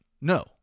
No